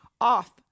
off